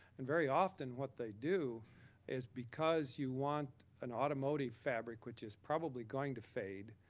and very often what they do is because you want an automotive fabric which is probably going to fade,